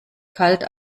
kalt